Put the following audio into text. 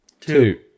two